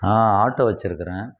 நான் ஆட்டோ வைச்சுருக்கிறேன்